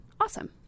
Awesome